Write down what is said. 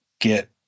get